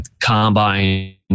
combine